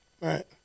Right